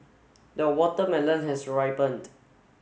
the watermelon has ripened